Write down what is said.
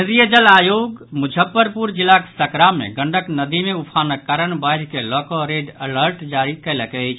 केन्द्रीय जल आयोग मुजफ्फरपुर जिलाक सकरा मे गंडक नदी मे उफानक कारण बाढ़ि के लऽ कऽ रेड अलर्ट जारी कयलक अछि